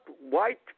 white